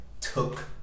took